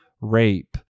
rape